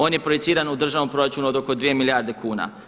On je projiciran u državnom proračunu od oko 2 milijarde kuna.